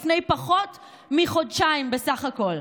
מלפני פחות מחודשיים בסך הכול: